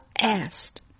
asked